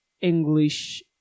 english